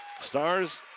Stars